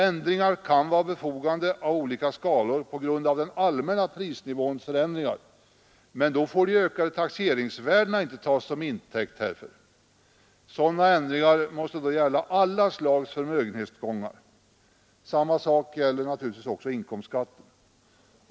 Ändringar kan vara befogade av olika skalor på grund av den allmänna prisnivåns förändringar, men då får de ökade taxeringsvärdena inte tas som intäkt härför. Sådana ändringar måste då gälla alla slags förmögenhetstillgångar. Samma sak gäller givetvis också inkomstskatten.